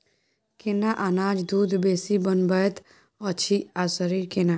केना अनाज दूध बेसी बनबैत अछि आ शरीर केना?